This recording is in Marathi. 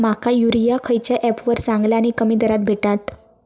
माका युरिया खयच्या ऍपवर चांगला आणि कमी दरात भेटात?